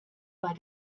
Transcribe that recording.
bei